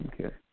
Okay